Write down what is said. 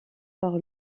par